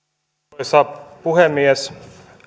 arvoisa puhemies